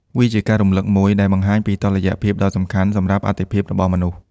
វាជាការរំលឹកមួយដែលបង្ហាញពីតុល្យភាពដ៏សំខាន់សម្រាប់អត្ថិភាពរបស់មនុស្ស។